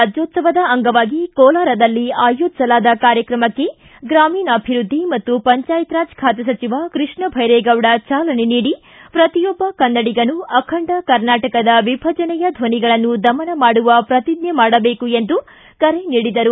ಕನ್ನಡ ರಾಜ್ಣೋತ್ಸವ ಅಂಗವಾಗಿ ಕೋಲಾರದಲ್ಲಿ ಆಯೋಜಿಸಲಾದ ಕಾರ್ಯಕ್ರಮಕ್ಕೆ ಗ್ರಾಮೀಣಾಭಿವೃದ್ದಿ ಮತ್ತು ಪಂಚಾಯತ್ ರಾಜ್ ಬಾತೆ ಸಚಿವ ಕೃಷ್ಣಬೈರೇಗೌಡ ಚಾಲನೆ ನೀಡಿ ಪ್ರತಿಯೊಬ್ಬ ಕನ್ನಡಿಗರೂ ಅಖಂಡ ಕರ್ನಾಟಕದ ವಿಭಜನೆಯ ಧ್ವನಿಗಳನ್ನು ದಮನ ಮಾಡುವ ಪ್ರತಿಜ್ಞೆ ಮಾಡಬೇಕು ಎಂದು ಕರೆ ನೀಡಿದರು